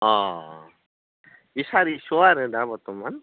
अ बे सारिस' आरो दा बर्त'मान